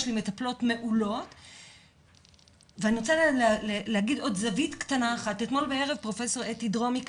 אני רוצה להגיד עוד זווית קטנה אחת: פרופסור אתי דרומי,